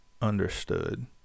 Understood